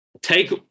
take